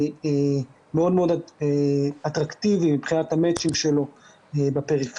מאוד מאוד אטרקטיבי מבחינת המצ'ינג שלו בפריפריה.